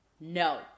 No